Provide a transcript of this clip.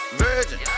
virgin